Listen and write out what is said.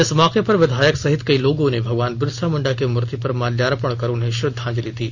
इस मौके पर विधायक सहित कई लोगों ने भगवान बिरसा मुंडा की मूर्ति पर माल्यार्पण कर उन्हें श्रद्धांजलि दी